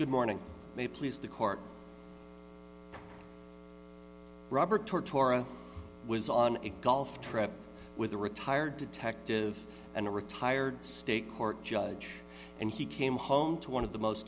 good morning they please the court rubber tour torah was on a golf trip with a retired detective and a retired state court judge and he came home to one of the most